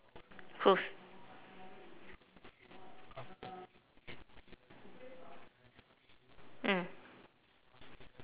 close mm